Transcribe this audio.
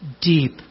deep